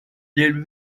del